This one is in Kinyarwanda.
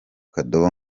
kadobo